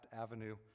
Avenue